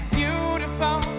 beautiful